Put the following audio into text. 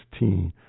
2016